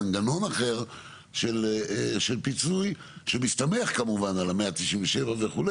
מנגנון אחר של פיצוי שמסתמך כמובן על ה-197 וכו',